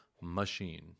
machine